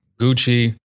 Gucci